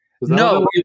No